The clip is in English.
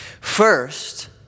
first